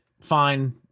fine